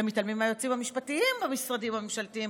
אתם מתעלמים מהיועצים המשפטיים במשרדים הממשלתיים